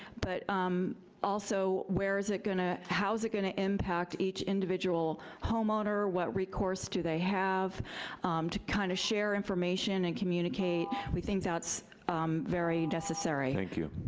but um also where is it gonna, how's it gonna impact each individual homeowner? what recourse do they have to kind of share information and communicate? we think that's very necessary. thank you.